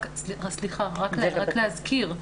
רק להזכיר,